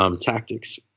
tactics